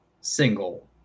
single